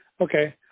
Okay